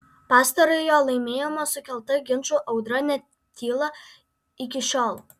pastarojo laimėjimo sukelta ginčų audra netyla iki šiol